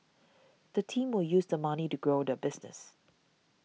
the team will use the money to grow the business